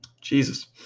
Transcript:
jesus